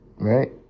Right